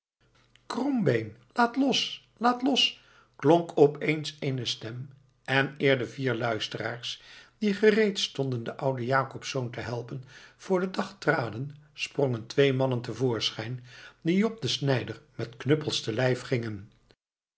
krombeen laat los laat los klonk opeens eene stem en eer de vier luisteraars die gereed stonden den ouden jacobsz te helpen voor den dag traden sprongen twee mannen te voorschijn die jop de snijder met knuppels te lijf gingen